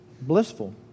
Blissful